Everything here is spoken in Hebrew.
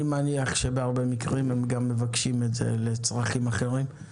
אני מניח שבהרבה מקרים הם גם מבקשים את זה לצרכים אחרים.